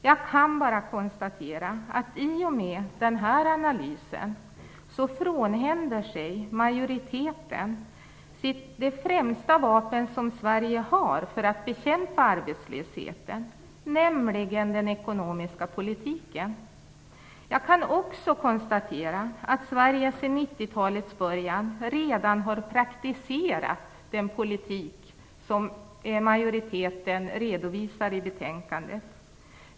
Jag kan bara konstatera att i och med den här analysen frånhänder sig majoriteten det främsta vapen som Sverige har för att bekämpa arbetslösheten, nämligen den ekonomiska politiken. Jag kan också konstatera att Sverige sedan 90 talets början redan har praktiserat den politik som majoriteten redovisar i betänkandet.